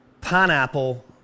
Pineapple